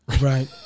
Right